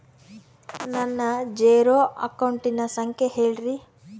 ನನ್ನ ಜೇರೊ ಅಕೌಂಟಿನ ಸಂಖ್ಯೆ ಹೇಳ್ರಿ?